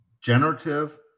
generative